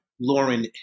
Lauren